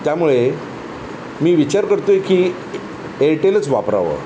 त्यामुळे मी विचार करतो आहे की ए एअरटेलच वापरावं